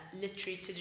literary